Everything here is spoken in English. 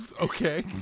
Okay